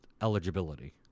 eligibility